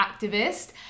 activist